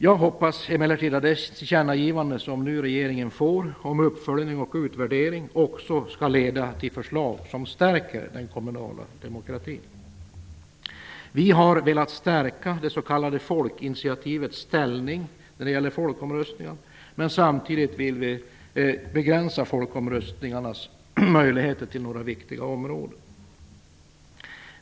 Jag hoppas emellertid att det tillkännagivande som regeringen nu får om uppföljning och utvärdering också skall leda till förslag som stärker den kommunala demokratin. Vi har velat stärka det s.k. folkinitiativets ställning när det gäller folkomröstningar men samtidigt begränsa möjligheten till folkomröstning till några viktiga områden.